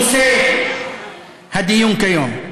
לא רק הסדר מדיני הוא נושא הדיון כיום,